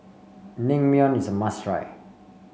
naengmyeon is a must try